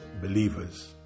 believers